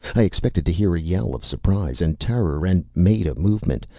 i expected to hear a yell of surprise and terror, and made a movement,